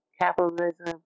capitalism